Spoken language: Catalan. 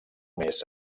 més